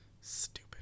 Stupid